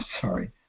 sorry